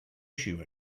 issue